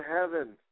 heaven